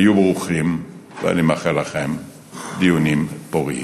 היו ברוכים, ואני מאחל לכם דיונים פוריים.